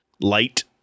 light